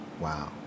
Wow